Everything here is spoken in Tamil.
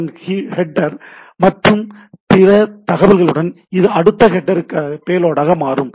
அதன் ஹெட்டர் மற்றும் பிற தகவல்களுடன் இது அடுத்த ஹெட்டருக்கான பேலோடாக மாறும்